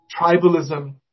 tribalism